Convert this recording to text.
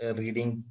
reading